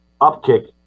upkick